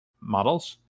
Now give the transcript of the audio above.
models